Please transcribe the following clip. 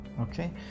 okay